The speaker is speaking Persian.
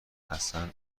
اصن